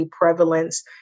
prevalence